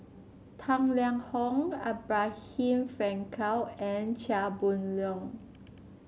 Tang Liang Hong Abraham Frankel and Chia Boon Leong